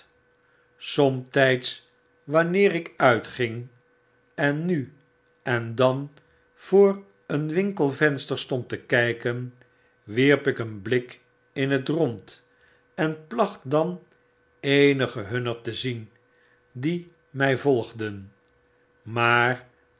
somtyds wanneer ik uitging en nu en dan voor een winkelvenster stond te kyken wierp ik een blik in het rond en placht dan eenige hunner te zien die mij volgden maar